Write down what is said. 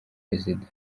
perezida